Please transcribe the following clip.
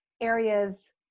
areas